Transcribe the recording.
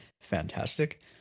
fantastic